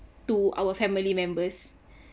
to our family members